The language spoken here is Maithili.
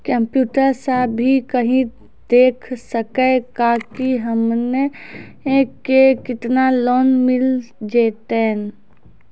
कंप्यूटर सा भी कही देख सकी का की हमनी के केतना लोन मिल जैतिन?